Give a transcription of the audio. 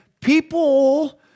people